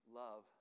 love